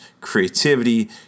creativity